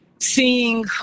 seeing